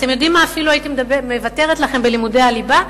אתם יודעים על מה אפילו הייתי מוותרת לכם בלימודי הליבה?